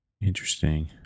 Interesting